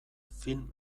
film